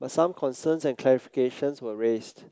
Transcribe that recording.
but some concerns and clarifications were raised